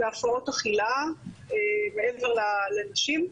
להפרעות אכילה, מעבר לנשים.